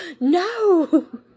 No